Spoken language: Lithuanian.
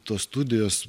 tos studijos